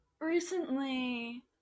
recently